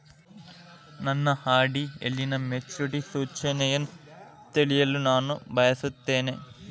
ನನ್ನ ಆರ್.ಡಿ ಯಲ್ಲಿನ ಮೆಚುರಿಟಿ ಸೂಚನೆಯನ್ನು ತಿಳಿಯಲು ನಾನು ಬಯಸುತ್ತೇನೆ